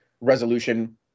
resolution